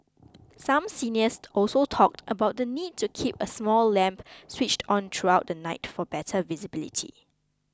some seniors also talked about the need to keep a small lamp switched on throughout the night for better visibility